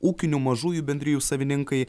ūkinių mažųjų bendrijų savininkai